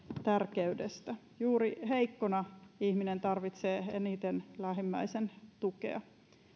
tärkeydestä juuri heikkona ihminen tarvitsee eniten lähimmäisen tukea